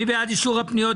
מי בעד אישור הפניות?